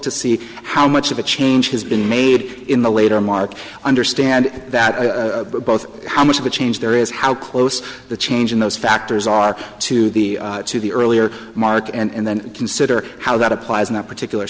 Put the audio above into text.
to see how much of a change has been made in the later market understand that both how much of a change there is how close the change in those factors are to the to the earlier mark and then consider how that applies in that particular